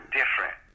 different